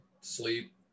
sleep